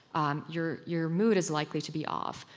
um your your mood is likely to be off.